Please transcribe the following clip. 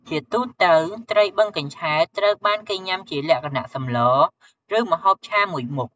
ជាទូទៅ ត្រីបឹងកញ្ឆែតត្រូវបានគេញ៉ាំជាលក្ខណៈសម្លរ ឬម្ហូបឆាមួយមុខ។